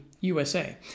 USA